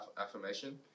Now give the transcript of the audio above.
affirmation